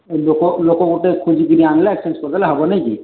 ଲୋକ ଲୋକ ଗୋଟେ ଖୋଜିକିନି ଆଣିଲେ ଏକ୍ସଚେଞ୍ଜ କରିଦେଲେ ହବ ନାଇଁ କି